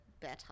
better